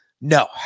No